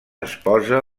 esposa